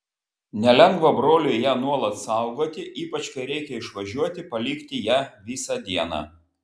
nelengva broliui ją nuolat saugoti ypač kai reikia kur išvažiuoti palikti ją visą dieną